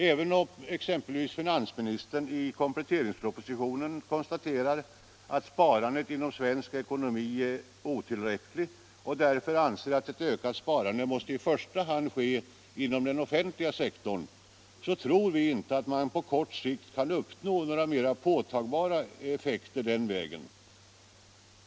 Även om exempelvis finansministern i kompletteringspropositionen konstaterar att sparandet inom svensk ekonomi är otillräckligt och därför anser att ett ökatsparande i första hand måste ske inom den offentliga sektorn, så tror vi inte att man på kort sikt kan uppnå några mera påtagliga effekter den vägen.